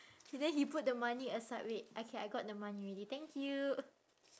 then he put the money aside wait okay I got the money already thank you